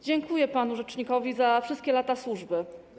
Dziękuję panu rzecznikowi za wszystkie lata służby.